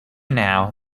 now